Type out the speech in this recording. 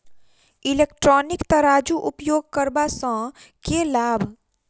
Electronic तराजू उपयोग करबा सऽ केँ लाभ?